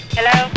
Hello